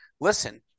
listen